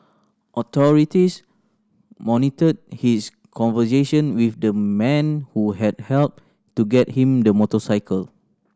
authorities monitored his conversation with the man who had helped to get him the motorcycle